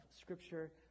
scripture